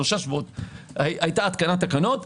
של שלושה שבועות היתה התקנת תקנות.